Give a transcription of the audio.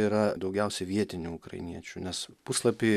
yra daugiausia vietinių ukrainiečių nes puslapy